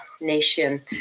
Nation